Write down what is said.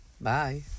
Bye